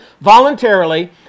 voluntarily